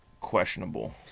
questionable